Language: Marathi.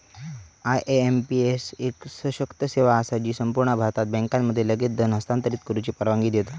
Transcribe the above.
आय.एम.पी.एस एक सशक्त सेवा असा जी संपूर्ण भारतात बँकांमध्ये लगेच धन हस्तांतरित करुची परवानगी देता